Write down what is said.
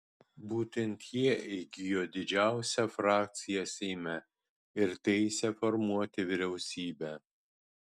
būtent jie įgijo didžiausią frakciją seime ir teisę formuoti vyriausybę